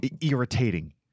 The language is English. Irritating